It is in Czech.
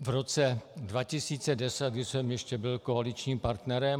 v roce 2010, když jsem ještě byl koaličním partnerem.